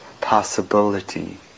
possibility